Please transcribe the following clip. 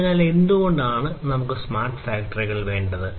അതിനാൽ എന്തുകൊണ്ടാണ് നമുക്ക് സ്മാർട്ട് ഫാക്ടറികൾ വേണ്ടത്